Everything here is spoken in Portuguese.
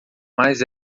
mais